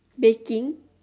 baking